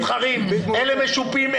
מתחרים אלה משופים,